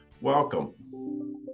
Welcome